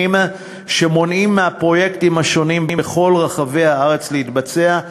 שמונעים מהפרויקטים השונים בכל רחבי הארץ להתבצע.